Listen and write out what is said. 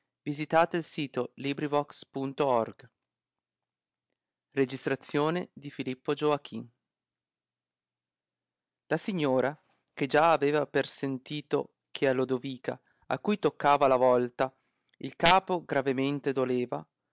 del dotto enimma e sommamente lo commenclorono la signora che già aveva persentito che a lodovica a cui toccava la volta il capo gravemente doleva